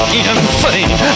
insane